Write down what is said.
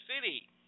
City